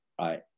right